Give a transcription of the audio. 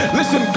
listen